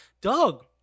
Doug